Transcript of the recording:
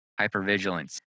hypervigilance